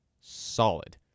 solid